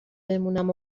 بمونم